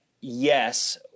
yes